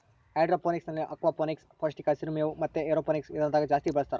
ಹೈಡ್ರೋಫೋನಿಕ್ಸ್ನಲ್ಲಿ ಅಕ್ವಾಫೋನಿಕ್ಸ್, ಪೌಷ್ಟಿಕ ಹಸಿರು ಮೇವು ಮತೆ ಏರೋಫೋನಿಕ್ಸ್ ವಿಧಾನದಾಗ ಜಾಸ್ತಿ ಬಳಸ್ತಾರ